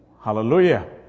Hallelujah